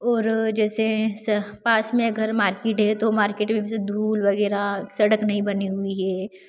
और जैसे स पास में है अगर मार्किट है तो मार्केट में धूल वगैरह सड़क नहीं बनी हुई है